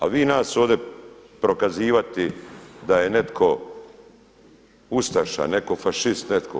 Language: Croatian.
A vi nas ovdje prokazivati da je netko ustaša, netko fašist netko.